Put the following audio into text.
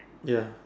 ya